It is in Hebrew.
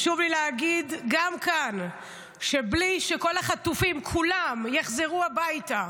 חשוב לי להגיד גם כאן שבלי שכל החטופים כולם יחזרו הביתה,